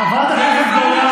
חברת הכנסת גולן.